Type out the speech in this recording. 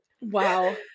wow